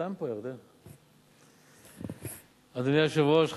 אדוני היושב-ראש,